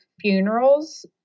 funerals